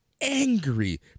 angry